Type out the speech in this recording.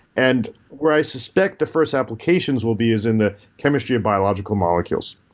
and where i suspect the first applications will be is in the chemistry of biological molecules.